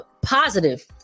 positive